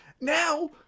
now